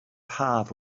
haf